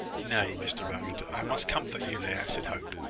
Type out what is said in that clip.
nay, mr rowland, i must comfort you there, said hope,